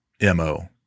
MO